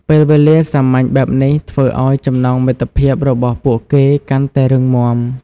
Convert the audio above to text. ពេលវេលាសាមញ្ញបែបនេះធ្វើឲ្យចំណងមិត្តភាពរបស់ពួកគេកាន់តែរឹងមាំ។